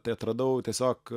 tai atradau tiesiog